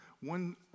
one